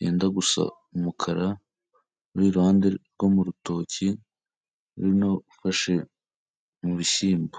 yenda gusa umukara, uri iruhande rwo mu rutoki ruto ufashe mu bishyimbo.